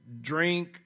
drink